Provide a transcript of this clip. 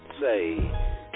Say